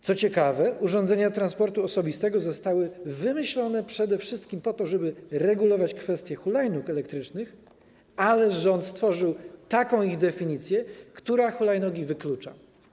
Co ciekawe, urządzenia transportu osobistego zostały wymyślone przede wszystkim po to, żeby regulować kwestię hulajnóg elektrycznych, ale rząd stworzył taką ich definicję, która hulajnogi wyklucza.